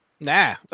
Nah